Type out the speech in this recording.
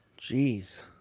Jeez